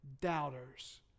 doubters